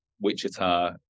Wichita